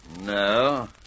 No